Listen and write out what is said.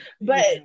But-